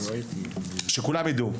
שכולם ידעו.